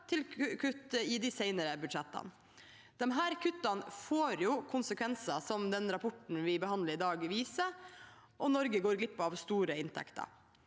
til kutt i de senere budsjettene. Disse kuttene får konsekvenser, som rapporten vi behandler i dag, viser, og Norge går glipp av store inntekter.